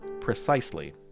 precisely